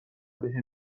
بهم